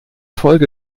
folge